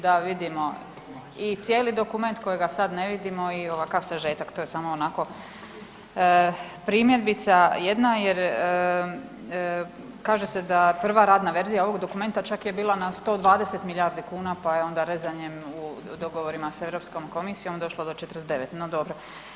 Da vidimo i cijeli dokument kojega sad ne vidimo i ovakav sažetak, to je samo onako primjedbica jedna jer kaže se prva radna verzija ovog dokumenta čak je bila na 120 milijardi kuna pa je onda rezanjem u dogovorima sa Europskom komisijom, došlo do 49, no dobro.